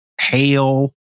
Hail